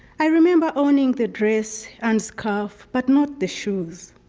i remember owning the dress and scarf but not the shoes.